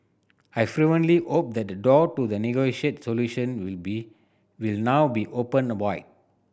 I fervently hope that the door to the negotiated solution will be will now be opened wide